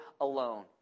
alone